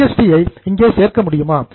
GST ஐ இங்கே சேர்க்க முடியுமா